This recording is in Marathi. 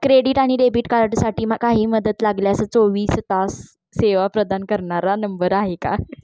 क्रेडिट आणि डेबिट कार्डसाठी काही मदत लागल्यास चोवीस तास सेवा प्रदान करणारा नंबर आहे का?